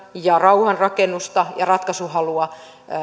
ja rauhanrakennusta ja ratkaisuhalua